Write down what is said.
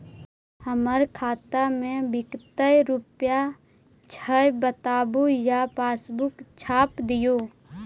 हमर खाता में विकतै रूपया छै बताबू या पासबुक छाप दियो?